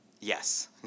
Yes